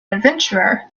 adventurer